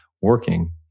working